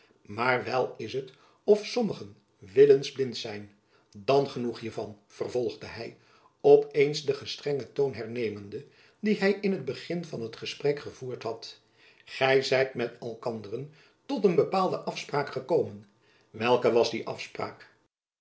maar wel is het of sommigen willends blind zijn dan genoeg hiervan vervolgde hy op eens den gestrengen toon hernemende dien hy in het begin van het gesprek gevoerd had gy zijt met elkanderen tot een bepaalde afspraak gekomen welke was die afspraak